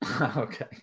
Okay